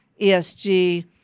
ESG